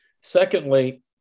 Secondly